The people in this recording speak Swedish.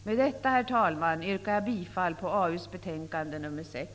Med detta, herr talman, yrkar jag bifall till hemställan i AU6.